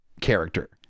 character